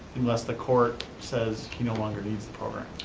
unless the court says he no longer needs the program.